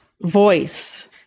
voice